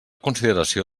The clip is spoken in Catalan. consideració